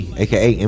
aka